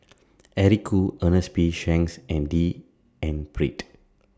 Eric Khoo Ernest P Shanks and D N Pritt